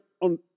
on